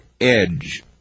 edge